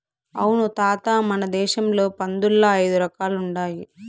అవును తాత మన దేశంల పందుల్ల ఐదు రకాలుండాయి